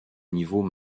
niveau